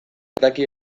daki